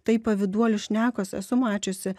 tai pavyduolių šnekos esu mačiusi